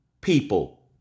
people